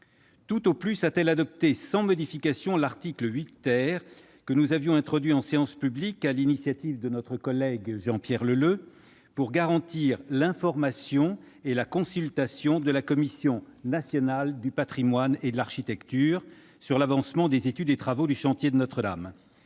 Tout au plus a-t-elle adopté sans modification l'article 8 , que nous avions introduit en séance publique sur l'initiative de notre collègue Jean-Pierre Leleux, pour garantir l'information et la consultation de la Commission nationale du patrimoine et de l'architecture sur l'avancement des études et des travaux du chantier de Notre-Dame.